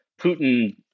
Putin